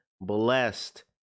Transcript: blessed